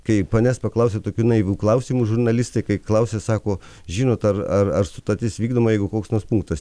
kai panęs paklausia tokių naivių klausimų žurnalistai kai klausia sako žinot ar ar ar sutartis vykdoma jeigu koks nors punktas